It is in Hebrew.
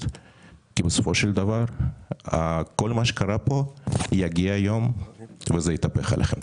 כי בסופו של דבר כל מה שקרה פה יגיע היום וזה יתהפך עליכם.